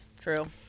true